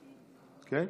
כן.